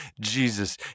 Jesus